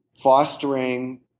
fostering